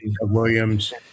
Williams